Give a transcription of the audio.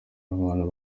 abantu